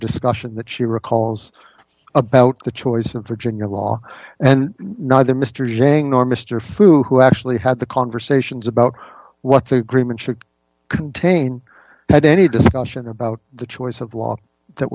discussion that she recalls about the choice of virginia law and neither mr jang nor mr fu who actually had the conversations about what the green should contain had any discussion about the choice of law that